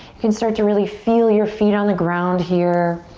you can start to really feel your feet on the ground here.